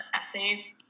essays